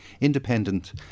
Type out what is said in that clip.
independent